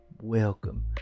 Welcome